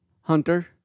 Hunter